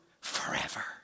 forever